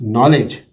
Knowledge